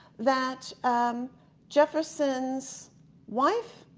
that jefferson's wife,